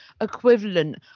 equivalent